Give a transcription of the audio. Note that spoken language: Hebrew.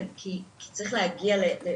כי צריך להגיע אליהן.